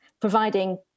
providing